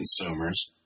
consumers